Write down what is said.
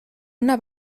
una